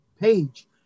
page